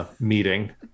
meeting